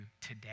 today